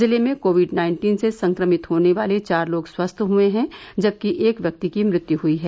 जिले में COVID nineteen से संक्रमित होने वाले चार लोग स्वस्थ हुए हैं जबकि एक व्यक्ति की मृत्यु हुई है